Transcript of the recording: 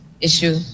issue